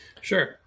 Sure